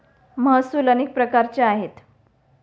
महसूल अनेक प्रकारचे आहेत